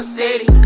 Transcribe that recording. city